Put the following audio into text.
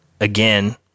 again